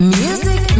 music